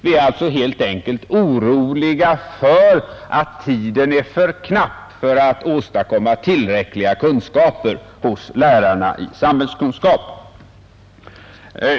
Vi är helt enkelt oroliga för att tiden är för knapp för att meddela lärarna i samhällskunskap tillräckliga kunskaper.